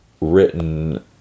written